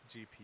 GPU